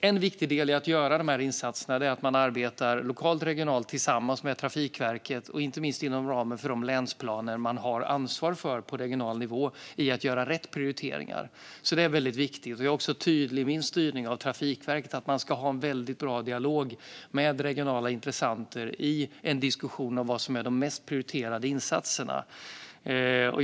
En viktig del i att göra de här insatserna är att man arbetar lokalt och regionalt tillsammans med Trafikverket, inte minst inom ramen för de länsplaner man har ansvar för på regional nivå, med att göra rätt prioriteringar. Det är väldigt viktigt. Jag är också tydlig i min styrning av Trafikverket. Man ska ha en väldigt bra dialog med regionala intressenter i diskussionen om vilka insatser som ska vara de mest prioriterade.